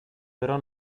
però